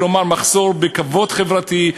כלומר מחסור בכבוד חברתי,